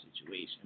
situation